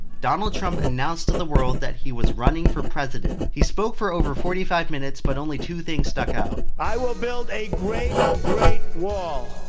donald trump announced to the world, that he was running for president. he spoke for over forty five minutes, but only two things stuck out. one i will build a great, great wall,